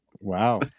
Wow